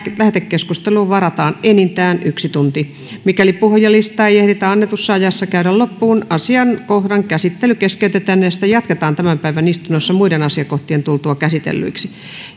lähetekeskusteluun varataan enintään yksi tunti mikäli puhujalistaa ei ehditä annetussa ajassa käydä loppuun asiakohdan käsittely keskeytetään ja sitä jatketaan tämän päivän istunnossa muiden asiakohtien tultua käsitellyiksi